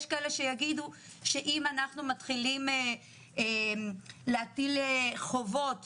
יש כאלה שיגידו שאם אנחנו מתחילים להטיל חובות